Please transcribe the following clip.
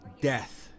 Death